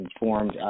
informed